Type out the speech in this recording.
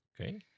Okay